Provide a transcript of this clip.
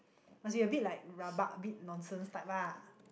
must be a bit like rabak a bit nonsense type ah